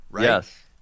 Yes